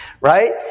right